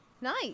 Nice